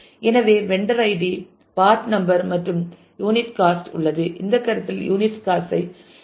எனவே vendor ID part number மற்றும் unit cost உள்ளது இந்த கருத்தில் யூனிட் காஸ்ட் ஐ மறந்து விடுங்கள்